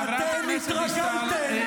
חברת הכנסת דיסטל.